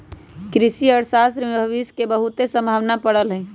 कृषि अर्थशास्त्र में भविश के बहुते संभावना पड़ल हइ